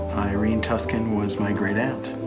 irene tusken was my great-aunt.